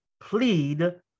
plead